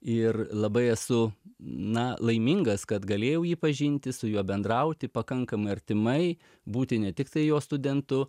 ir labai esu na laimingas kad galėjau jį pažinti su juo bendrauti pakankamai artimai būti ne tiktai jo studentu